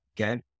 Okay